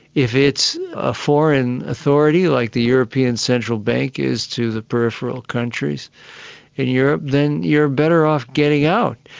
if it's a foreign authority like the european central bank is to the peripheral countries in europe, then you're better off getting out.